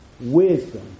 Wisdom